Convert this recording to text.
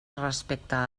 respecte